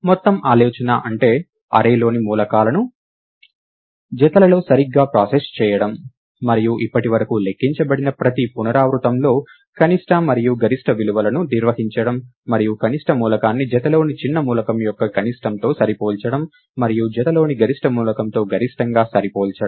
మొత్తం ఆలోచన ఏమిటంటే అర్రే లోని మూలకాలను జతలలో సరిగ్గా ప్రాసెస్ చేయడం మరియు ఇప్పటివరకు లెక్కించబడిన ప్రతి పునరావృతంలో కనిష్ట మరియు గరిష్ట విలువలను నిర్వహించడం మరియు కనిష్ట మూలకాన్ని జతలోని చిన్న మూలకం యొక్క కనిష్టంతో సరిపోల్చడం మరియు జతలోని గరిష్ట మూలకంతో గరిష్టంగా సరిపోల్చడం